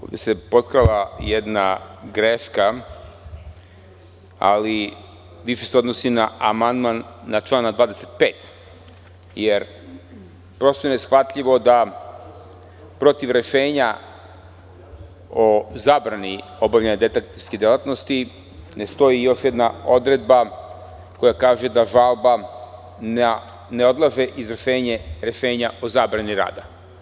Ovde se potkrala jedna greška, ali više se odnosi na amandman na član 25, jer prosto je neshvatljivo da protiv rešenja o zabrani obavljanja detektivske delatnosti ne stoji još jedna odredba koja kaže – da žalba ne odlaže izvršenje rešenja o zabrani rada.